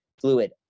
fluid